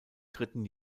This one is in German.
dritten